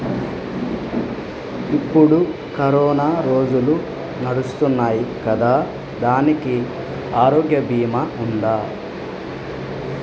ఇప్పుడు కరోనా రోజులు నడుస్తున్నాయి కదా, దానికి ఆరోగ్య బీమా ఉందా?